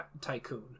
tycoon